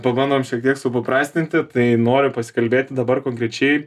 pabandom šiek tiek supaprastinti tai noriu pasikalbėti dabar konkrečiai